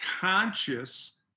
conscious